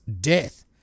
death